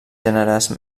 gèneres